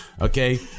okay